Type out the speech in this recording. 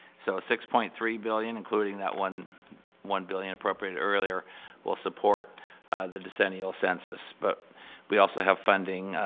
so six point three billion including that one one billion appropriated earlier will support the decennial census, but we also have funding,